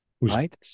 Right